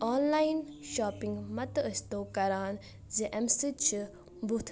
آن line shopping متہٕ أسۍ تو کران زِ اَمہِ سۭتۍ چھ بُتھ